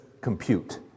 compute